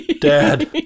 Dad